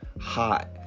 hot